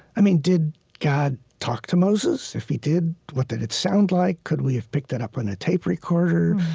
i mean, did god talk to moses? if he did, what did it sound like? could we have picked it up on a tape recorder?